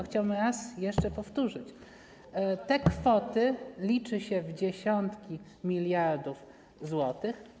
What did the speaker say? Chciałbym jeszcze raz powtórzyć: te kwoty liczy się w dziesiątkach miliardów złotych.